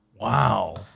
Wow